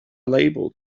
label